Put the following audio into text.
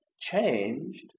changed